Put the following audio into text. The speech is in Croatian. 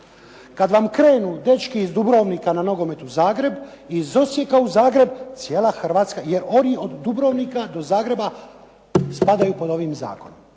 Kada vam krenu dečki iz Dubrovnika na nogomet u Zagreb, iz Osijeka u Zagreb, cijela Hrvatska je, jer oni od Dubrovnika do Zagreba spadaju pod ovim zakonom.